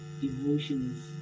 devotions